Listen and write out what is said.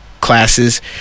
classes